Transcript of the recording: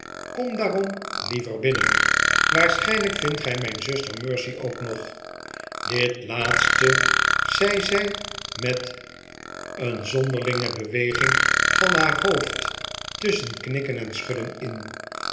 kom daarom liever binnen waarschijnlijk vindt gij mijn zuster mercy ook nog dit laatste zei zij met een zonderlinge beweging van haar hoofd tusschen knikken en schudden in